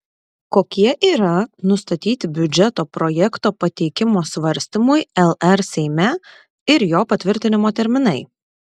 kokie yra nustatyti biudžeto projekto pateikimo svarstymui lr seime ir jo patvirtinimo terminai